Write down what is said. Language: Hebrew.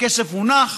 הכסף הונח.